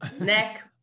neck